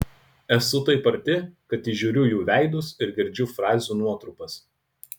esu taip arti kad įžiūriu jų veidus ir girdžiu frazių nuotrupas